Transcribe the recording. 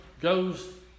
goes